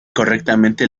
correctamente